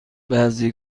بعضی